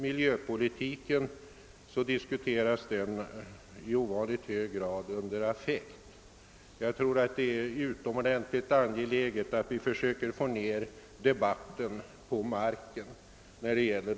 Miljöpolitiken diskuteras emellertid i ovanligt hög grad under affekt. Det är utomordentligt angeläget att vi försöker få ned debatten på marken i dessa frågor.